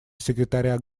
секретаря